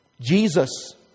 Jesus